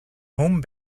home